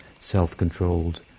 self-controlled